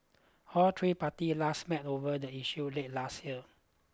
all three parties last met over the issue late last year